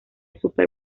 super